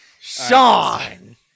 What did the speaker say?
Sean